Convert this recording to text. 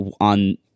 on